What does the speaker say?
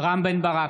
רם בן ברק,